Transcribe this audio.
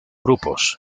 grupos